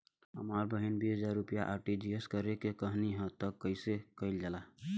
हमर बहिन बीस हजार रुपया आर.टी.जी.एस करे के कहली ह कईसे कईल जाला?